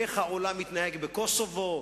איך העולם התנהג בקוסובו,